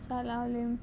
सालावलीं